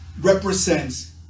represents